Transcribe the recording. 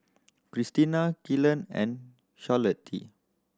Krystina Kelan and Charlottie